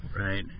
Right